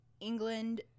England